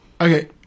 Okay